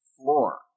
floor